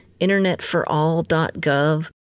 internetforall.gov